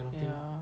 ya